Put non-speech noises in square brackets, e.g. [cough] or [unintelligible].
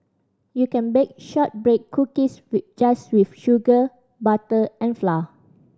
you can bake shortbread cookies [unintelligible] just with sugar butter and flour